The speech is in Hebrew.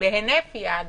ובהינף יד